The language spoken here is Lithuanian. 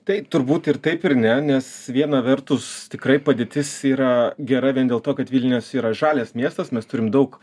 taip turbūt ir taip ir ne nes viena vertus tikrai padėtis yra gera vien dėl to kad vilnius yra žalias miestas mes turim daug